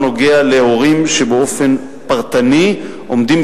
לא נוגע להורים שבאופן פרטני עומדים